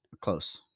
Close